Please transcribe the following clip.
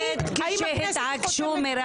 האם הכנסת היא חותמת גומי.